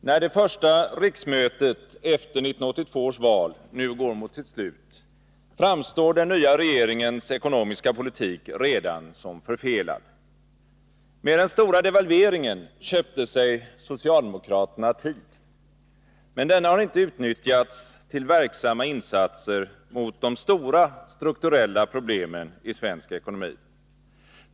Herr talman! När det första riksmötet efter 1982 års val nu går mot sitt slut, framstår den nya regeringens ekonomiska politik redan som förfelad. Med den stora devalveringen köpte sig socialdemokraterna tid. Men denna har inte utnyttjats till verksamma insatser mot de stora strukturella problemen i svensk ekonomi.